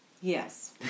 Yes